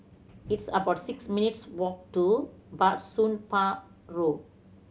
it's about six minutes' walk to Bah Soon Pah Road